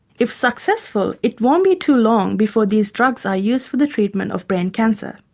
if successful, it won't be too long before these drugs are used for the treatment of brain cancer.